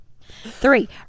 Three